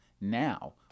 now